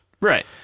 Right